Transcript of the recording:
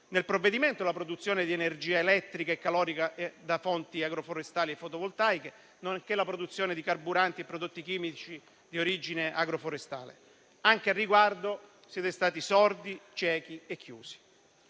nel provvedimento la produzione di energia elettrica e calorica da fonti agroforestali e fotovoltaiche, nonché la produzione di carburanti e prodotti chimici di origine agroforestale. Anche al riguardo, siete stati sordi, ciechi e chiusi.